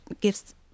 gives